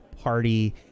party